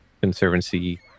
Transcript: Conservancy